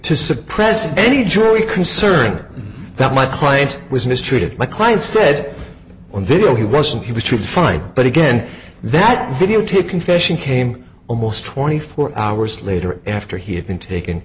to suppress any jury concern that my client was mistreated my client said on video he wasn't he was too fine but again that videotape confession came almost twenty four hours later after he had